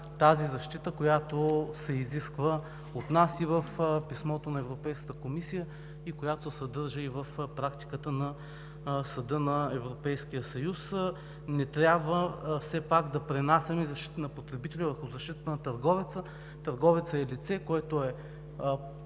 тази защита, която се изисква от нас и в писмото на Европейската комисия и която се съдържа и в практиката на Съда на Европейския съюз. Все пак не трябва да пренасяме защитата на потребителя върху защитата на търговеца. Търговецът е лице, което е